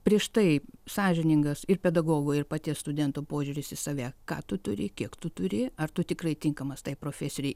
prieš tai sąžiningas ir pedagogo ir paties studento požiūris į save ką tu turi kiek tu turi ar tu tikrai tinkamas tai profesorei